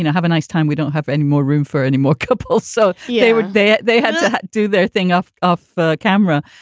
and have a nice time. we don't have any more room for any more couples so yeah but that ah they have to do their thing off of camera,